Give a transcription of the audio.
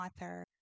author